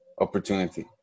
opportunity